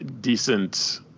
decent